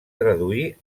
traduir